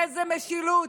איזה משילות,